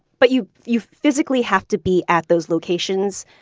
but you you physically have to be at those locations